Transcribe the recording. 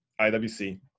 iwc